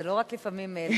זה לא רק לפעמים במרכז,